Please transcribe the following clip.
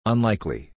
Unlikely